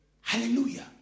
Hallelujah